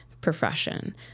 profession